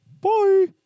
Bye